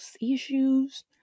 issues